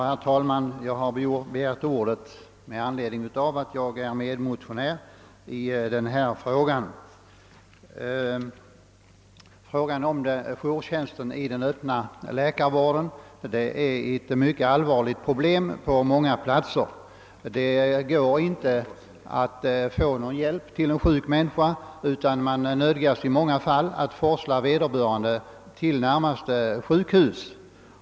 Herr talman! Jag har begärt ordet med anledning av att jag är medmotionär i denna fråga. Jourtjänsten i den öppna läkarvården är ett mycket allvarligt problem på många platser. Det går inte att få hjälp till en sjuk människa utan man nödgas i många fall forsla vederbörande till närmaste sjukhus.